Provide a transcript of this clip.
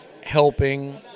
helping